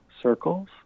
circles